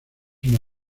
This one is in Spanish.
una